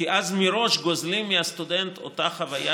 כי אז מראש גוזלים מהסטודנט את החוויה,